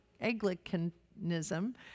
Anglicanism